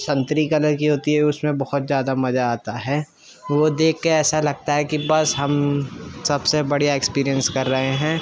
سنتری colour کی ہوتی ہے اس میں بہت زیادہ مزہ آتا ہے وہ دیکھ کے ایسا لگتا ہے کہ بس ہم سب سے بڑھیا ایکسپیرینس کر رہے ہیں